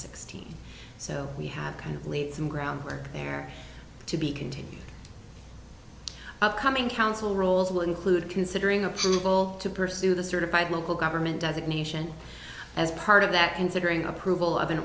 sixteen so we have kind of laid some groundwork there to be continued upcoming council rolls will include considering approval to pursue the certified local government does it nation as part of that considering approval of an